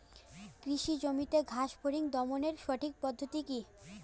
কৃষি জমিতে ঘাস ফরিঙ দমনের সঠিক পদ্ধতি কি?